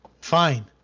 Fine